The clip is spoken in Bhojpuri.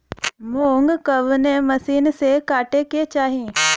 मूंग कवने मसीन से कांटेके चाही?